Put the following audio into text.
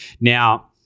now